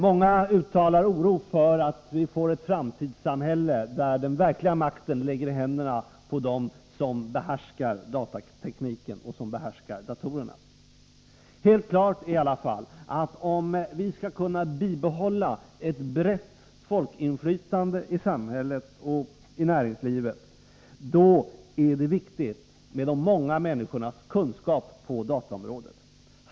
Många uttalar oro för att vi får ett framtidssamhälle där den verkliga makten ligger i händerna på dem som behärskar datatekniken och som behärskar datorerna. Helt klart är i alla fall att om vi skall kunna bibehålla ett brett folkinflytande i samhället och i näringslivet, då är det viktigt med de många människornas kunskap på dataområdet.